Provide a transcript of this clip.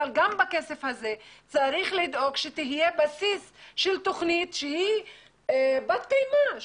אבל גם בכסף הזה צריך לדאוג שיהיה בסיס של תוכנית בת קיימא,